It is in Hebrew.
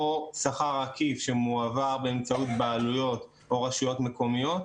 או שכר עקיף שמועבר באמצעות בעלויות או רשויות מקומיות,